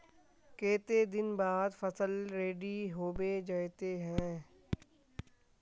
केते दिन बाद फसल रेडी होबे जयते है?